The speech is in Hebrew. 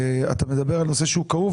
אתה מדבר על נושא שהוא כאוב.